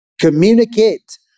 communicate